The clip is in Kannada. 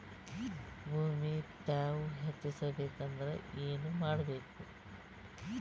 ಭೂಮಿ ತ್ಯಾವ ಹೆಚ್ಚೆಸಬೇಕಂದ್ರ ಏನು ಮಾಡ್ಬೇಕು?